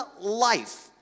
life